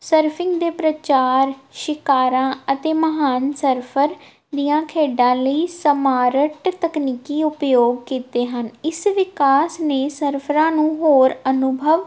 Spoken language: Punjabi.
ਸਰਫਿੰਗ ਦੇ ਪ੍ਰਚਾਰ ਸ਼ਿਕਾਰਾਂ ਅਤੇ ਮਹਾਨ ਸਰਫਰ ਦੀਆਂ ਖੇਡਾਂ ਲਈ ਸਮਾਰਟ ਤਕਨੀਕੀ ਉਪਯੋਗ ਕੀਤੇ ਹਨ ਇਸ ਵਿਕਾਸ ਨੇ ਸਰਫਰਾਂ ਨੂੰ ਹੋਰ ਅਨੁਭਵ